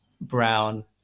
brown